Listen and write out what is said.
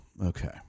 Okay